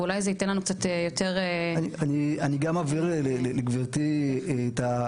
ואולי זה ייתן לנו קצת יותר --- אני גם אעביר לגבירתי את,